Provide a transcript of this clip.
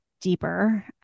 deeper